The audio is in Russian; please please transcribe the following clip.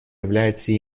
является